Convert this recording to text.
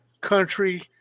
country